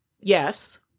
yes